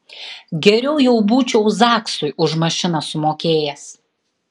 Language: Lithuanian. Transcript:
geriau jau būčiau zaksui už mašiną sumokėjęs